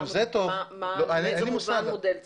מה אומר מודל הצמיגים?